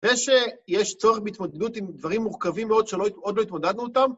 ושיש צורך בהתמודדות עם דברים מורכבים מאוד שעוד לא התמודדנו אותם.